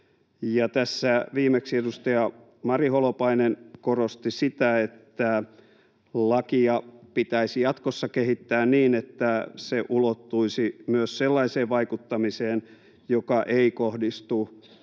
Tässä viimeksi edustaja Mari Holopainen korosti sitä, että lakia pitäisi jatkossa kehittää niin, että se ulottuisi myös sellaiseen vaikuttamiseen, joka ei kohdistu